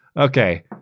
okay